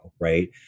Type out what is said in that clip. right